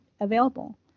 available